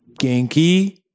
Genki